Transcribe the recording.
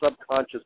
subconscious